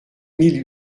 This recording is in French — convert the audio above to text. mille